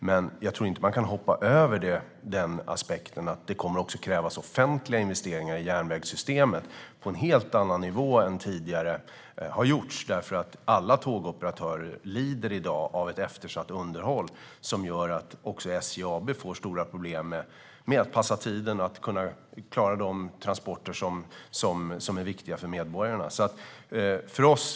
Men jag tror inte att man kan hoppa över aspekten att det också kommer att krävas offentliga investeringar i järnvägssystemet på en helt annan nivå än tidigare, därför att alla tågoperatörer i dag lider av ett eftersatt underhåll som gör att också SJ AB får stora problem med att kunna passa tiden och att klara de transporter som är viktiga för medborgarna.